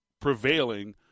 prevailing